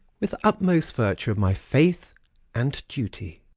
with utmost virtue of my faith and duty.